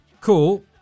cool